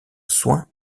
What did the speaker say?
soin